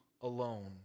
alone